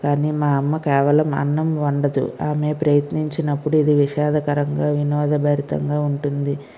కానీ మా అమ్మ కేవలం అన్నం వండదు ఆమె ప్రయత్నించినప్పుడు ఇది విషాదకరంగా వినోదభరితంగా ఉంటుంది